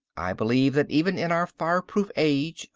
i believe that even in our fireproof age,